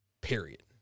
period